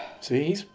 See